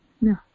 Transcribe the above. No